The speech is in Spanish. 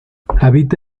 habita